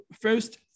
first